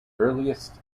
earliest